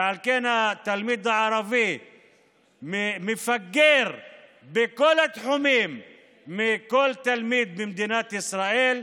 ועל כן התלמיד הערבי מפגר בכל התחומים מכל תלמיד במדינת ישראל,